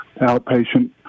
outpatient